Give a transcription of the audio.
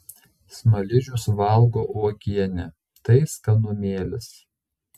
smaližius valgo uogienę tai skanumėlis